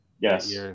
yes